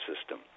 system